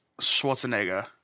Schwarzenegger